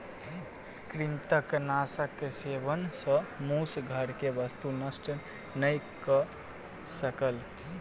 कृंतकनाशक के सेवन सॅ मूस घर के वस्तु नष्ट नै कय सकल